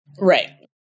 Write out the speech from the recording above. Right